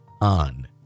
on